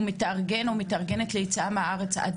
הוא מתארגן או מתארגנת ליציאה מהארץ עד